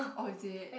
oh is it